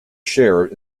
share